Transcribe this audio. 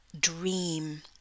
dream